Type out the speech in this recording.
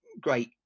great